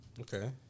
Okay